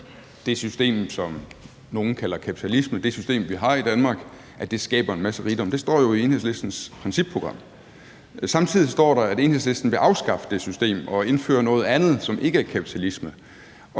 at det system, som nogle kalder kapitalisme, det system, vi har i Danmark, skaber en masse rigdom. Det står jo i Enhedslistens principprogram. Samtidig står der, at Enhedslisten vil afskaffe det system og indføre noget andet, som ikke er kapitalisme.